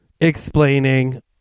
explaining